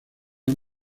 han